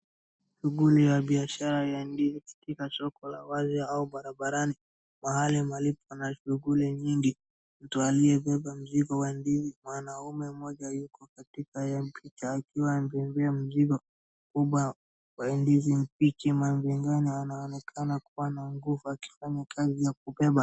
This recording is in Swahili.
Shughuli ya biashara ya ndizi katika soko la wazi au barabarani, mahali palipo na shughuli nyingi. Mtu aliyebeba mzigo wa ndizi. Mwanaume mmoja yuko katika hii picha akiwa amebebea mzigo mkubwa wa ndizi mbichi. Mwanamume mwenyewe anaonekana kuwa na nguvu akifanya kazi ya kubeba.